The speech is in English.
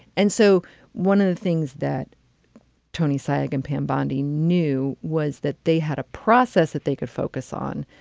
and so one of the things that tony sayegh and pam bondi knew was that they had a process that they could focus on,